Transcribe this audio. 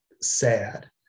sad